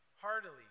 Heartily